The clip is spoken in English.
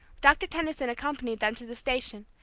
doctor tenison accompanied them to the station,